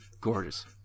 gorgeous